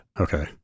Okay